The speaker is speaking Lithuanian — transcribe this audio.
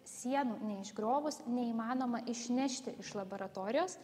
sienų neišgriovus neįmanoma išnešti iš laboratorijos